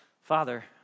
Father